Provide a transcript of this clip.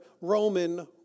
Roman